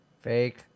Fake